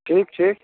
ठीक ठीक